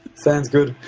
sounds good.